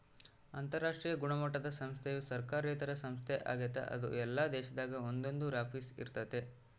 ಅಂತರಾಷ್ಟ್ರೀಯ ಗುಣಮಟ್ಟುದ ಸಂಸ್ಥೆಯು ಸರ್ಕಾರೇತರ ಸಂಸ್ಥೆ ಆಗೆತೆ ಅದು ಎಲ್ಲಾ ದೇಶದಾಗ ಒಂದೊಂದು ಆಫೀಸ್ ಇರ್ತತೆ